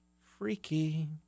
Freaky